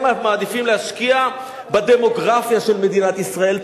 הם מעדיפים להשקיע בדמוגרפיה של מדינת ישראל.